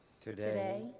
Today